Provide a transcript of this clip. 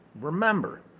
remember